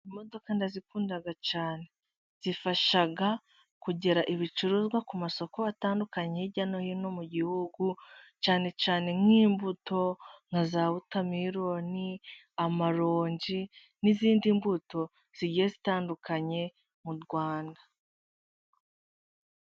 Imodoka ndazikunda cyane, zifasha kugera ibicuruzwa ku masoko atandukanye hirya no hino mu gihugu, cyane cyane nk'imbuto nka za wotameroni, amaronji n'izindi mbuto zigiye zitandukanye mu Rwanda.